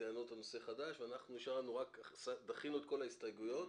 טענות הנושא החדש ודחינו את כל ההסתייגויות.